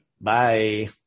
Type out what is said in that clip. Bye